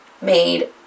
made